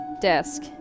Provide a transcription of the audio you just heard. desk